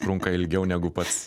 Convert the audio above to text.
trunka ilgiau negu pats